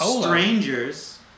Strangers